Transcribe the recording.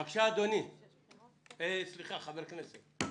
בבקשה, חבר כנסת יוסי.